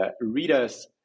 readers